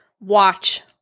watch